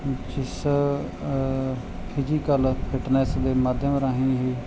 ਜਿਸ physical fitness ਦੇ ਮਾਧਿਅਮ ਰਾਹੀਂ ਹੀ